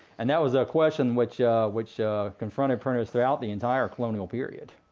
and that was a question which which confronted printers throughout the entire colonial period.